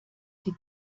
die